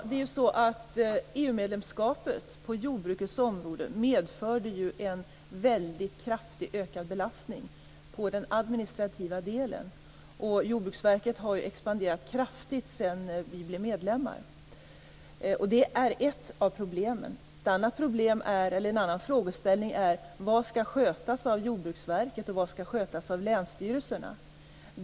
Herr talman! EU-medlemskapet medförde ju för jordbrukets del en kraftigt ökad belastning på den administrativa delen. Jordbruksverket har också expanderat kraftigt sedan vi blev medlemmar. Det är ett av problemen. En annan frågeställning är vad som skall skötas av Jordbruksverket och vad som skall skötas av länsstyrelserna.